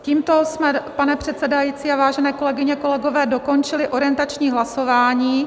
Tímto jsme, pane předsedající, vážené kolegyně a kolegové, dokončili orientační hlasování.